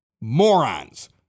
morons